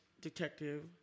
detective